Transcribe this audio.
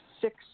six